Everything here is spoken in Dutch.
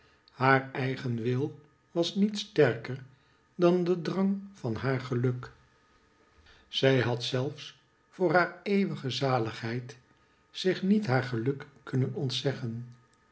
haar eigen wil was niet sterker dan de drang van haar geluk zij had zelfs voor haar eeuwige zaligheid zich niet haar geluk kunnen ontzeggen